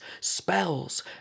spells